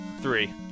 Three